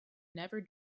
never